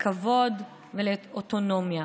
לכבוד ולאוטונומיה.